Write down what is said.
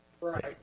Right